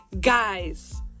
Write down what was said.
Guys